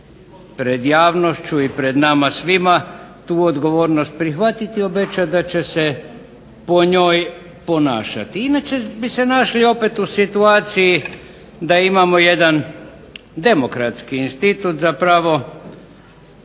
pred javnošću i pred nama svima tu odgovornost prihvatiti o obećati da će se po njoj ponašati. Inače bi se našli opet u situaciji da imamo jedan demokratski institut zamotan